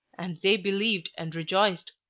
and they believed and rejoiced,